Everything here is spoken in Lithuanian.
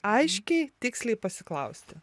aiškiai tiksliai pasiklausti